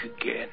again